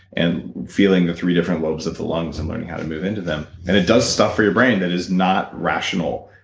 and feeling the three different lobes of the lungs and learning how to move into them. and it does stuff for your brain that is not rational,